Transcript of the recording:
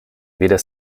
weder